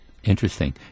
Interesting